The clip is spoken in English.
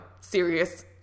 serious